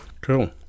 Cool